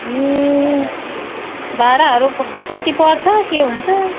ए भाडाहरू कति पर्छ के हुन्छ